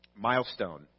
milestone